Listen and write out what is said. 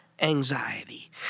anxiety